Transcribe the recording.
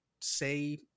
say